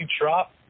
drop